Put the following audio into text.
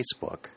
Facebook